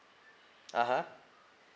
(uh huh)